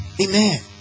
Amen